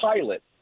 pilot